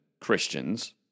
Christians